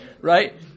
right